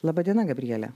laba diena gabriele